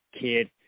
kid